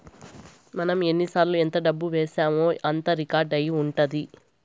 మనం ఎన్నిసార్లు ఎంత డబ్బు వేశామో అంతా రికార్డ్ అయి ఉంటది